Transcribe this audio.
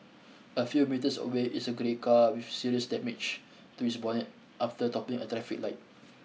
a few metres away is a grey car with serious damage to its bonnet after toppling a traffic light